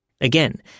Again